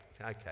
Okay